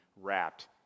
wrapped